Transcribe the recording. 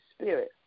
spirit